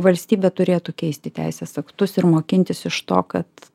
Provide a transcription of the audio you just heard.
valstybė turėtų keisti teisės aktus ir mokintis iš to kad